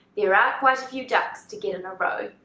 there are quite a few ducks to get in a row!